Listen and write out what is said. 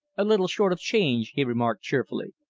a little short of change, he remarked cheerfully.